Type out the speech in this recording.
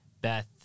Beth